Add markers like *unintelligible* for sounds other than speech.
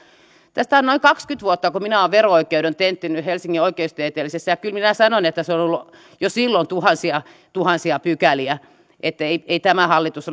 on noin kaksikymmentä vuotta kun minä olen vero oikeuden tenttinyt helsingin oikeustieteellisessä ja kyllä minä sanon että siinä on ollut jo silloin tuhansia tuhansia pykäliä että ei tämä hallitus *unintelligible*